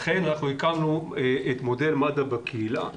לכן הקמנו את מודל "מד"א בקהילה",